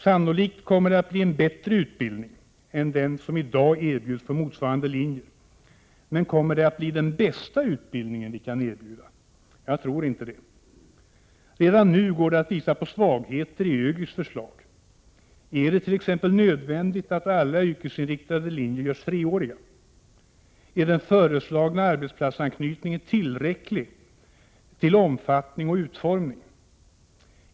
Sannolikt kommer det att bli en bättre utbildning än den som i dag erbjuds på motsvarande linjer. Men kommer det att bli den bästa utbildning vi kan erbjuda? Jag tror inte det. Redan nu går det att visa på svagheter i ÖGY:s förslag. Är det t.ex. nödvändigt att alla yrkesinriktade linjer görs treåriga? Är den föreslagna arbetsplatsanknytningen tillräcklig till omfattning och utformning?